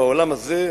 בעולם הזה,